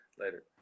later